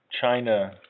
China